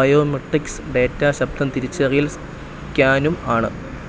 biometrics data ശബ്ദം തിരിച്ചറിയൽ സ്കാനും ആണ്